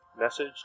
message